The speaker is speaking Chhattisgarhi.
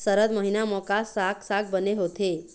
सरद महीना म का साक साग बने होथे?